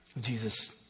Jesus